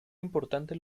importante